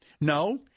No